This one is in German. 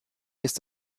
ist